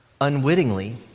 Unwittingly